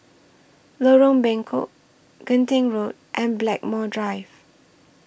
Lorong Bengkok Genting Road and Blackmore Drive